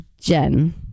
jen